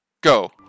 go